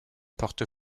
porte